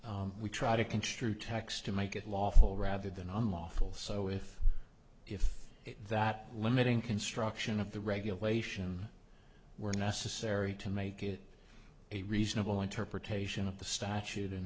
construe we try to construe text to make it lawful rather than unlawful so if if that limiting construction of the regulation were necessary to make it a reasonable interpretation of the statute